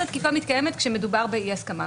התקיפה מתקיימת כאשר מדובר באי הסכמה.